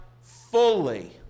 fully